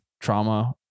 trauma